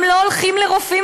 הם לא הולכים לרופאים,